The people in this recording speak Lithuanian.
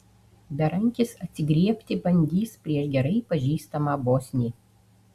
berankis atsigriebti bandys prieš gerai pažįstamą bosnį